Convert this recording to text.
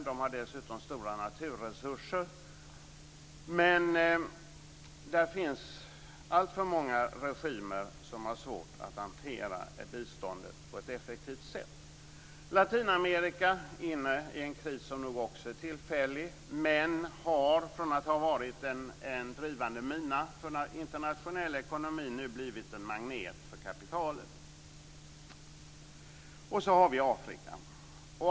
De har dessutom stora naturresurser, men där finns alltför många regimer som har svårt att hantera biståndet på ett effektivt sätt. Latinamerika är inne i en kris som nog också är tillfällig, men har från att ha varit en drivande mina för internationell ekonomi nu blivit en magnet för kapitalet. Så har vi Afrika.